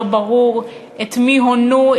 לא ברור את מי הונו,